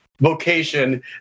vocation